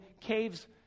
caves